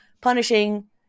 punishing